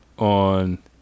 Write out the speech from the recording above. On